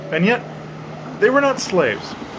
and yet they were not slaves,